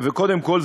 וקודם כול,